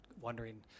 wondering